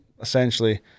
essentially